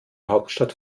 hauptstadt